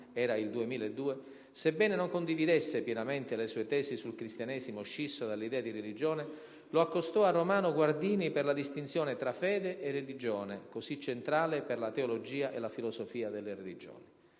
era il 2002 - sebbene non condividesse pienamente le sue tesi sul cristianesimo scisso dall'idea di religione, lo accostò a Romano Guardini per la distinzione tra fede e religione, così centrale per la teologia e la filosofia delle religioni.